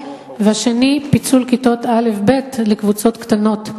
והשני פיצול כיתות א' ב' לקבוצות קטנות,